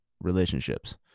relationships